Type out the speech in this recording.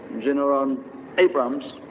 general um abrams,